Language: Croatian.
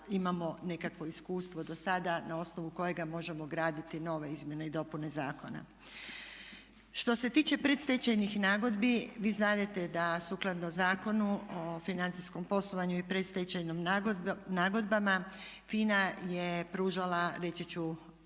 imamo nekakvo iskustvo do sada na osnovu kojega možemo graditi nove izmjene i dopune zakona. Što se tiče predstečajnih nagodbi, vi znadete da sukladno Zakonu o financijskom poslovanju i predstečajnim nagodbama FINA je pružala reći ću